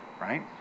right